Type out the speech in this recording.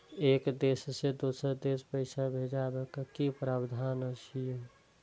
एक देश से दोसर देश पैसा भैजबाक कि प्रावधान अछि??